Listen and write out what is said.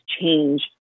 change